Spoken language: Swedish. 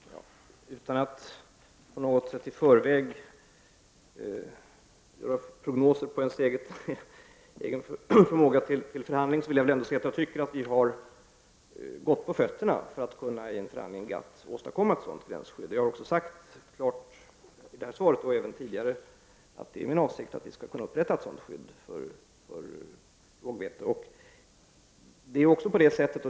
Herr talman! Utan att på något sätt i förväg göra prognoser om min egen förmåga att förhandla, vill jag säga att jag tycker att vi har gott på fötterna för att i en förhandling med GATT åstadkomma ett sådant gränsskydd. Jag har klart sagt i det här svaret, och även tidigare, att det är min avsikt att vi skall skall kunna upprätthålla ett sådant skydd för rågvete.